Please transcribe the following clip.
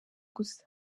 gusa